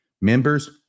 Members